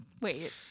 Wait